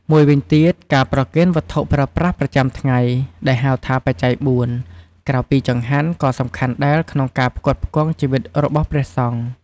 មួយវិញទៀត ការប្រគេនវត្ថុប្រើប្រាស់ប្រចាំថ្ងៃ ដែលហៅថា បច្ច័យបួន ក្រៅពីចង្ហាន់ ក៍សំខាន់ដែលក្នុងការផ្គត់ផ្គង់ជីវិតរបស់ព្រះសង្ឃ។